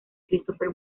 christopher